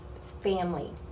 family